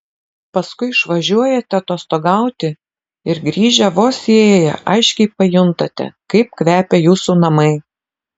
paskui išvažiuojate atostogauti ir grįžę vos įėję aiškiai pajuntate kaip kvepia jūsų namai